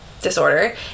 disorder